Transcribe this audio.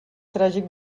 tràgic